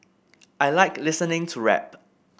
I like listening to rap